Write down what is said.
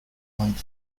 might